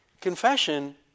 Confession